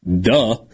Duh